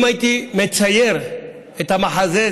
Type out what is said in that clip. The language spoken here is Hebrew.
אם הייתי מצייר את המחזה,